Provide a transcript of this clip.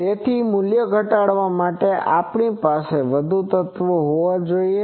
તેથી મૂલ્ય ઘટાડવા માટે આપણી પાસે વધુ તત્વો હોવા જોઈએ